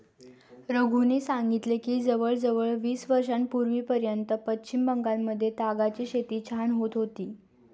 रघूने सांगितले की जवळजवळ वीस वर्षांपूर्वीपर्यंत पश्चिम बंगालमध्ये तागाची शेती छान होत होती